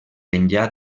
enllà